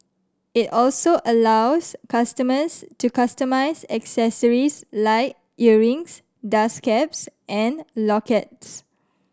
it also allows customers to customise accessories like earrings dust caps and lockets